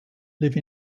live